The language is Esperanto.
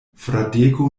fradeko